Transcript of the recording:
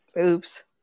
Oops